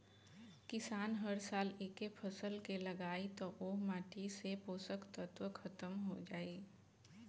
किसान हर साल एके फसल के लगायी त ओह माटी से पोषक तत्व ख़तम हो जाई